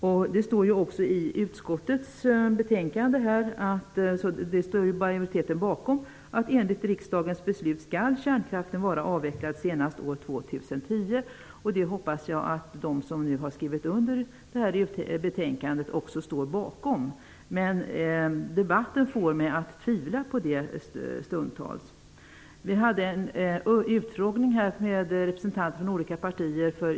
Majoriteten i utskottet står också bakom att enligt riksdagens beslut skall kärnkraften vara avvecklad senast år 2010. Det hoppas jag att de som nu skrivit under detta betänkande också står bakom. Debatten får mig att stundtals tvivla på det. Vi hade en utfrågning om kärnkraften och dess avveckling med representanter för olika partier.